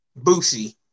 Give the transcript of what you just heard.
Boosie